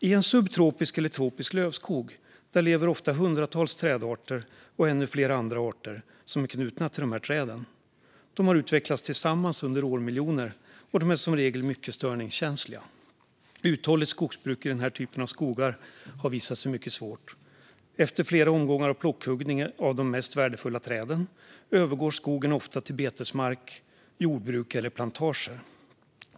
I en subtropisk eller tropisk lövskog lever ofta hundratals trädarter och ännu fler andra arter som är knutna till träden. De har utvecklats tillsammans under årmiljoner och är som regel mycket störningskänsliga. Uthålligt skogsbruk i den här typen av skogar har visat sig mycket svårt. Efter flera omgångar av plockhuggning av de mest värdefulla träden övergår skogen ofta till betesmark, jordbruk eller plantager.